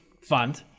fund